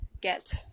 get